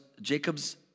Jacob's